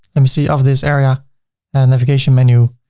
um see of this area and navigation menu,